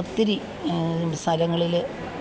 ഒത്തിരി സ്ഥലങ്ങളിൽ